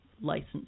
license